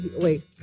wait